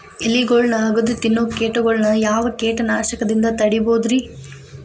ಎಲಿಗೊಳ್ನ ಅಗದು ತಿನ್ನೋ ಕೇಟಗೊಳ್ನ ಯಾವ ಕೇಟನಾಶಕದಿಂದ ತಡಿಬೋದ್ ರಿ?